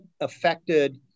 affected